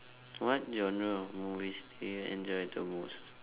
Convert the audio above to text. what genre of movies do you enjoy the most